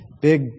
big